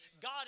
God